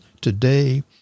today